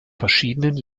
verschiedenen